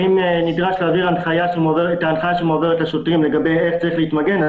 ואם נדרש להעביר הנחיה שמועברת לשוטרים לגבי איך צריך להתמגן,